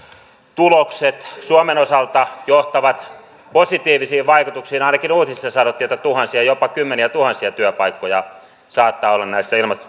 tulokset suomen osalta johtavat positiivisiin vaikutuksiin ainakin uutisissa sanottiin että tuhansia jopa kymmeniätuhansia työpaikkoja saattaa olla näistä